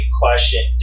question